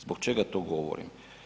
Zbog čega to govorim?